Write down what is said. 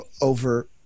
over